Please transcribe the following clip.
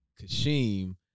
Kashim